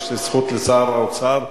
יש זכות לשר האוצר,